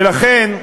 ולכן,